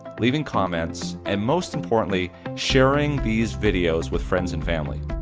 leaving comments, and most importantly, sharing these videos with friends and family.